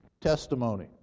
testimony